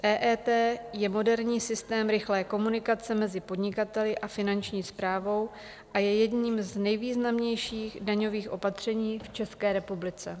EET je moderní systém rychlé komunikace mezi podnikateli a Finanční správou a je jedním z nejvýznamnějších daňových opatření v České republice.